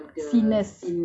good person